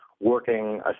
working